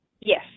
Yes